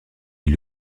est